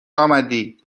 آمدید